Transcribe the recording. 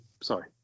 Sorry